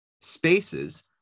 spaces